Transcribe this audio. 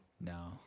no